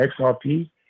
XRP